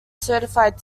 certified